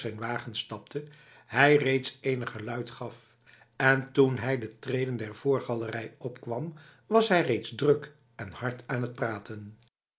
wagen stapte hij reeds enig geluid gaf en toen hij de treden der voorgalerij opkwam was hij reeds druk en hard aan het praten